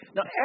Now